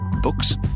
books